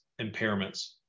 impairments